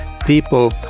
people